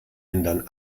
ändern